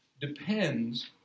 depends